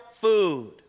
food